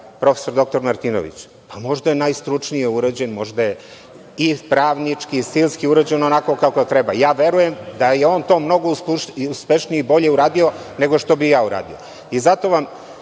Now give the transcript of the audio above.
prof. dr Martinović? Pa, možda je najstručnije urađen. Možda i pravnički i stilski urađen onako kako treba. Ja verujem da je on to mnogo uspešnije i bolje uradio nego što bih ja uradio. Zato